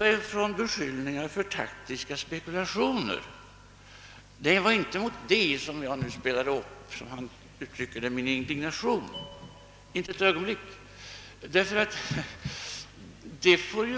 ifrån beskyllningar för taktiska spekulationer. Det var inte mot det som jag spelade upp min indignation, som herr Wedén uttryckte det.